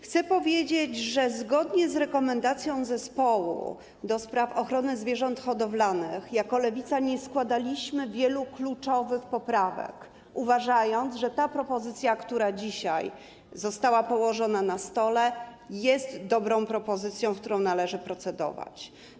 Chcę powiedzieć, że zgodnie z rekomendacją zespołu do spraw ochrony zwierząt hodowlanych jako Lewica nie składaliśmy wielu kluczowych poprawek, uważając, że ta propozycja, która dzisiaj została położona na stole, jest dobrą propozycją, nad którą należy procedować.